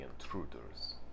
intruders